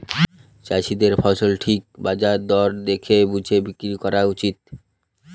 চাষীদের ফসল ঠিক বাজার দর দেখে বুঝে বিক্রি করা উচিত